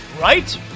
Right